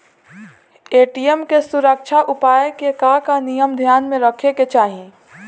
ATM के सुरक्षा उपाय के का का नियम ध्यान में रखे के चाहीं?